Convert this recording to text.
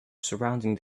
surrounding